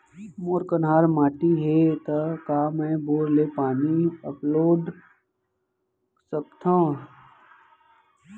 मोर कन्हार माटी हे, त का मैं बोर ले पानी अपलोड सकथव?